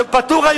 זה פטור.